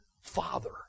father